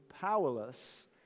powerless